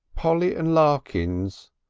polly and larkins.